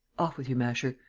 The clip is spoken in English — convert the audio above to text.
off with you, masher.